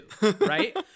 right